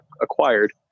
acquired